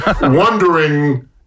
wondering